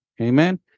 Amen